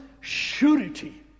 surety